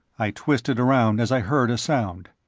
i twisted around as i heard a sound.